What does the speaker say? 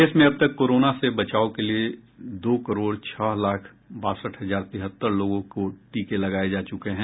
देश में अबतक कोरोना से बचाव के लिए दो करोड़ छह लाख बासठ हजार तिहत्तर लोगों को टीके लगाए जा चुके हैं